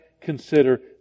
consider